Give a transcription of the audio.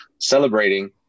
celebrating